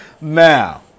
Now